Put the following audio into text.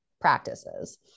practices